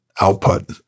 output